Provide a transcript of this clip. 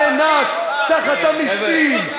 לממשלה שלא מקשיבה לציבור שנאנק תחת המסים.